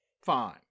Fine